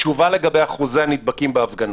תשובה לגבי אחוזי הנדבקים בהפגנות.